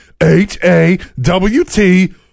h-a-w-t-